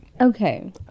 Okay